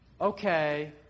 okay